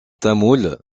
tamoul